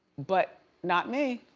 but not me.